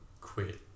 quit